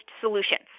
solutions